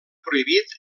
prohibit